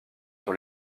sur